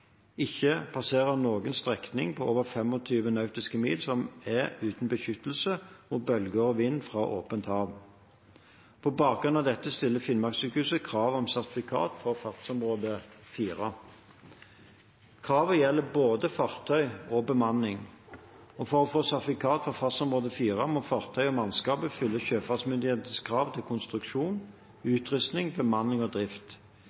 passerer noen strekning på over 25 nautiske mil som er uten beskyttelse mot bølger og vind fra åpent hav». På bakgrunn av dette stiller Finnmarkssykehuset krav om sertifikat for fartsområde 4. Kravet gjelder både fartøy og bemanning. For å få sertifikat for fartsområde 4 må fartøyet og mannskapet fylle sjøfartsmyndighetenes krav til konstruksjon, utrustning, bemanning og drift.